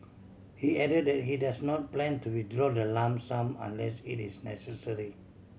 he added that he does not plan to withdraw the lump sum unless it is necessary